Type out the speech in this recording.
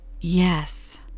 Yes